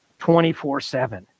24-7